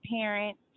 parents